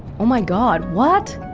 oh, my god, what?